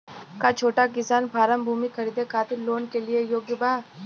का छोटा किसान फारम भूमि खरीदे खातिर लोन के लिए योग्य बा?